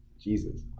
Jesus